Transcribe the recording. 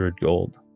gold